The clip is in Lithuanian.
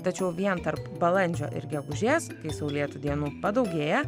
tačiau vien tarp balandžio ir gegužės saulėtų dienų padaugėja